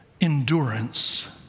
endurance